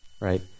right